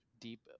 deep